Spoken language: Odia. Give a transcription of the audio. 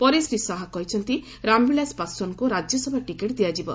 ପରେ ଶ୍ରୀ ଶାହା କହିଛନ୍ତି ରାମବିଳାସ ପାଶ୍ୱାନଙ୍କୁ ରାଜ୍ୟସଭା ଟିକେଟ୍ ଦିଆଯିବ